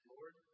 Lord